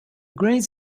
grains